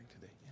today